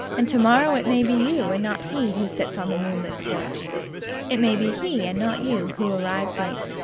and tomorrow it may be you and not he who sits on the moonlit porch it may be he and not you who arrives late.